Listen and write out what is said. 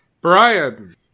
Brian